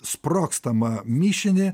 sprogstamą mišinį